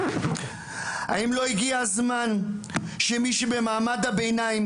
האם לא הגיע הזמן שמי שבמעמד הביניים